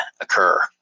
occur